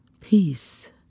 peace